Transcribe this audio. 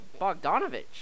Bogdanovich